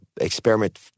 experiment